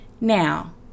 Now